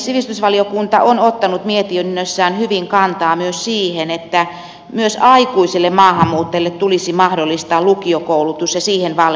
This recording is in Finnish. sivistysvaliokunta on ottanut mietinnössään hyvin kantaa myös siihen että myös aikuisille maahanmuuttajille tulisi mahdollistaa lukiokoulutus ja siihen valmentava koulutus